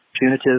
punitive